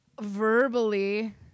verbally